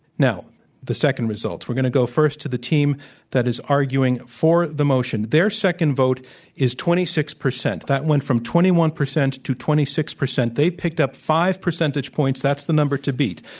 now the second results we're going to go first to the team that is arguing for the motion. their second vote is twenty six percent. that went from twenty one percent to twenty six percent. they picked up five percentage points. that's the number to beat.